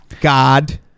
God